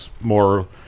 more